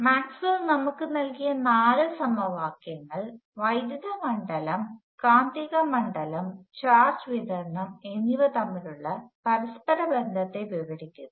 Maxwell നമ്മുക്ക് നൽകിയ നാല് സമവാക്യങ്ങൾ വൈദ്യുത മണ്ഡലം കാന്തിക മണ്ഡലം ചാർജ് വിതരണം എന്നിവ തമ്മിലുള്ള പരസ്പര ബന്ധത്തെ വിവരിക്കുന്നു